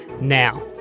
Now